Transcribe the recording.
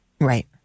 Right